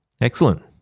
Excellent